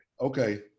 okay